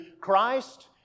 Christ